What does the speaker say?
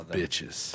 bitches